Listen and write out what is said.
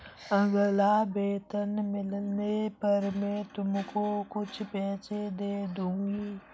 अगला वेतन मिलने पर मैं तुमको कुछ पैसे दे दूँगी